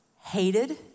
hated